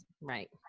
Right